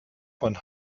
von